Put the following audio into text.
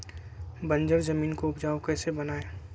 बंजर जमीन को उपजाऊ कैसे बनाय?